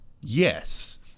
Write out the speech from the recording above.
Yes